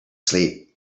sleep